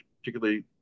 particularly